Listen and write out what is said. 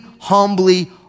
humbly